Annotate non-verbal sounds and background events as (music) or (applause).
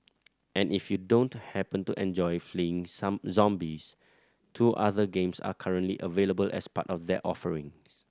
and if you don't happen to enjoy fleeing (unintelligible) zombies two other games are currently available as part of their offering